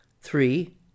three